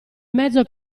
mezzo